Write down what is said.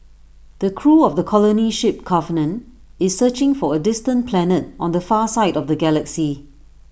the crew of the colony ship covenant is searching for A distant planet on the far side of the galaxy